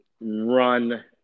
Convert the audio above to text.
run